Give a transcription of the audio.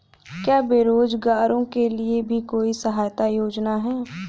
क्या बेरोजगारों के लिए भी कोई सहायता योजना है?